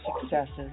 successes